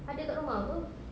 ada dekat rumah apa